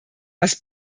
was